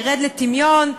ירד לטמיון,